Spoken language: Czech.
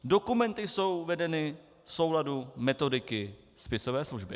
Dokumenty jsou vedeny v souladu metodiky spisové služby.